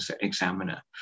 examiner